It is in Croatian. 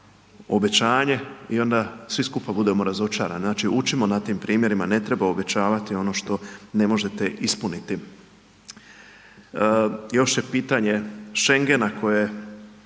obećanje i onda svi skupa budemo razočarani. Znači, učimo na tim primjerima, ne treba obećavati ono što ne možete ispuniti. Još je pitanje Schengena koje